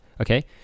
Okay